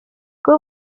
que